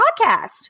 podcast